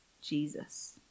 Jesus